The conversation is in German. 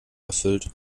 erfüllt